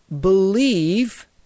believe